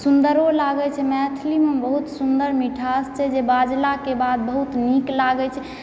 सुन्दरो लागै छै मैथिलीमे बहुत सुन्दर मिठास छै जे बाजलाके बाद बहुत नीक लागै छै